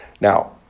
Now